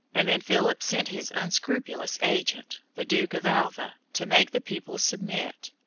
and then philip sent his unscrupulous agent, the duke of alva, to make the people submit.